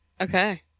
Okay